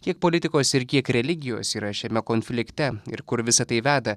tiek politikos ir kiek religijos yra šiame konflikte ir kur visa tai veda